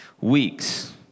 weeks